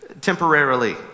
temporarily